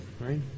right